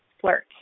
flirt